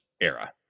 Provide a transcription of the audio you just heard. era